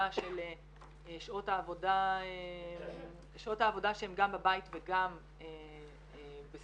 של שעות העבודה שהן גם בבית וגם בשכר.